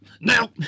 now